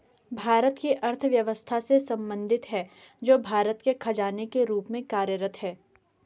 भारत की अर्थव्यवस्था से संबंधित है, जो भारत के खजाने के रूप में कार्यरत है